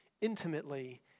intimately